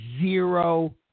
zero